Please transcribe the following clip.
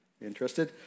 interested